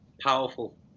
Powerful